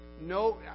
No